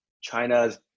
China's